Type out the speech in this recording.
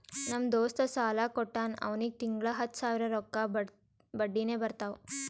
ನಮ್ ದೋಸ್ತ ಸಾಲಾ ಕೊಟ್ಟಾನ್ ಅವ್ನಿಗ ತಿಂಗಳಾ ಹತ್ತ್ ಸಾವಿರ ರೊಕ್ಕಾ ಬಡ್ಡಿನೆ ಬರ್ತಾವ್